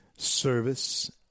service